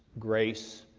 grace,